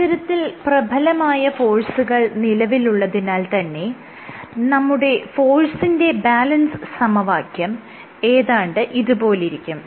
ഇത്തരത്തിൽ പ്രബലമായ ഫോഴ്സുകൾ നിലവിലുള്ളതിനാൽ തന്നെ നമ്മുടെ ഫോഴ്സിന്റെ ബാലൻസ് സമവാക്യം ഏതാണ്ട് ഇതുപോലിരിക്കും